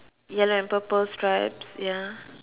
yellow and purple stripes ya